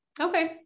Okay